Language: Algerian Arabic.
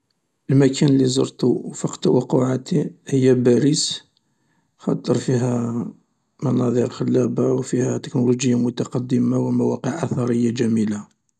المكان اللي زرتو و فاق توقعاتي هي باريس خاطر فيها مناظر خلابة وفيها تكنولوجيا متقدمة و مواقع اثرية جميلة.